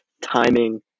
timing